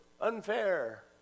Unfair